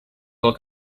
del